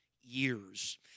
years